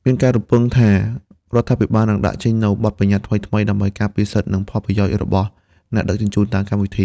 មានការរំពឹងថា រដ្ឋាភិបាលនឹងដាក់ចេញនូវបទប្បញ្ញត្តិថ្មីៗ ដើម្បីការពារសិទ្ធិ និងផលប្រយោជន៍របស់អ្នកដឹកជញ្ជូនតាមកម្មវិធី។